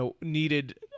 needed